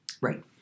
Right